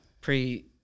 pre